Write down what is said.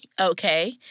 Okay